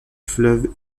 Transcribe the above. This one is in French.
fleuve